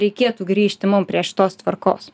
reikėtų grįžti mum prie šitos tvarkos